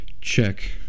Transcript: check